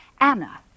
Anna